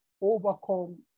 overcome